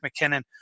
McKinnon